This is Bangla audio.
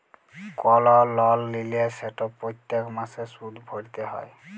কল লল লিলে সেট প্যত্তেক মাসে সুদ ভ্যইরতে হ্যয়